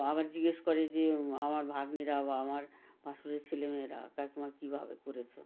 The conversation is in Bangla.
আবার জিজ্ঞেস করে যে আমার ভাগ্নিরা বা আমার ভাসুরের ছেলে মেয়েরা কাকীমা কীভাবে করেছো